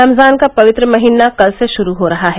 रमजान का पवित्र महिना कल से शुरू हो रहा है